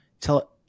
tell